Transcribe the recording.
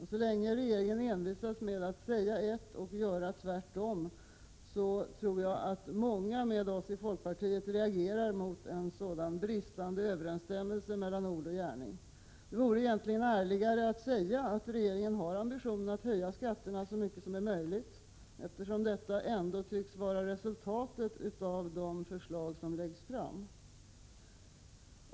Så länge regeringen envisas med att säga ett och göra tvärtom, tror jag att många med oss i folkpartiet reagerar mot en sådan bristande överensstämmelse mellan ord och gärning. Det vore ärligare att säga att regeringen har ambitionen att höja skatterna så mycket som är möjligt, eftersom detta ändå tycks vara resultatet av de förslag som läggs fram.